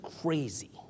crazy